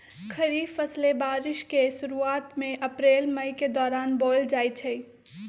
खरीफ फसलें बारिश के शुरूवात में अप्रैल मई के दौरान बोयल जाई छई